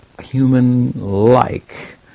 human-like